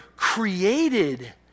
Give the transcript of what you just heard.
created